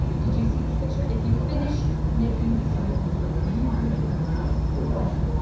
did you see this picture? if you finish making this movie, you will die. you're wrong,